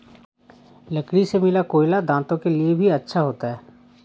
लकड़ी से मिला कोयला दांतों के लिए भी अच्छा होता है